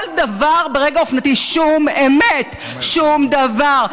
כל דבר ברגע אופנתי, שום אמת, שום דבר.